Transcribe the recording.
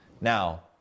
Now